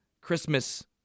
Christmas